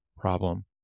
problem